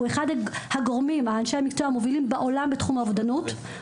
הוא אחד מאנשי המקצוע המובילים בעולם בתחום האובדנות.